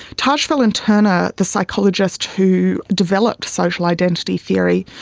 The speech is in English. tajfel and turner, the psychologists who developed social identity theory,